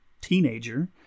teenager